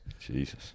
Jesus